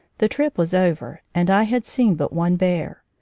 the trip was over, and i had seen but one bear.